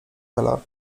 hela